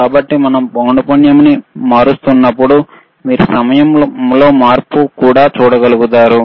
కాబట్టి మనం పౌనపున్యంని మారుస్తున్నప్పుడు మీరు సమయం లో కూడా మార్పు చూడగలుగుతారు